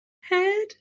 head